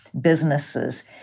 businesses